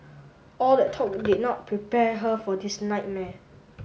all that talk did not prepare her for this nightmare